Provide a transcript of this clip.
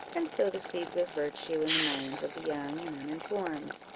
and sow the seeds of virtue in the minds of the young and uninformed.